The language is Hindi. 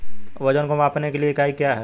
वजन को मापने के लिए इकाई क्या है?